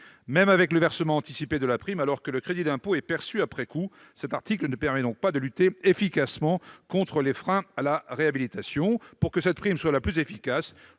même avec le versement anticipé de la prime, le crédit d'impôt étant perçu après coup. Cet article ne permet donc pas de lutter efficacement contre les freins à la réhabilitation. Pour que cette prime soit la plus efficace,